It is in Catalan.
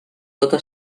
tota